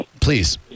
Please